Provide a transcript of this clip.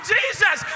Jesus